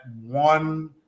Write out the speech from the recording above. one